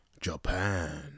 Japan